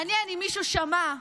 מעניין אם מישהו שמע,